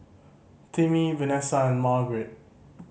Timmy Venessa and Margaret